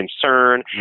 concern